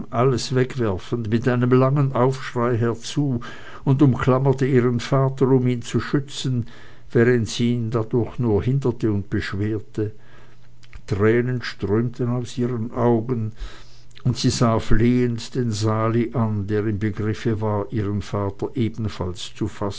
alles wegwerfend mit einem langen aufschrei herzu und umklammerte ihren vater um ihn zu schützen während sie ihn dadurch nur hinderte und beschwerte tränen strömten aus ihren augen und sie sah flehend den sali an der im begriff war ihren vater ebenfalls